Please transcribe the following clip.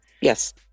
Yes